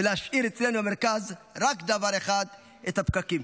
ולהשאיר אצלנו במרכז רק דבר אחד את הפקקים.